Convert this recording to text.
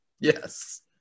Yes